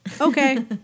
Okay